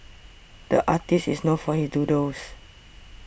the artist is known for his doodles